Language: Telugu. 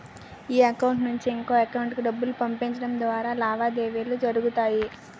ఈ అకౌంట్ నుంచి ఇంకొక ఎకౌంటుకు డబ్బులు పంపించడం ద్వారా లావాదేవీలు జరుగుతాయి